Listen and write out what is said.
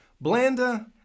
Blanda